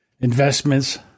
investments